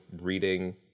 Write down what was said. reading